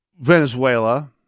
Venezuela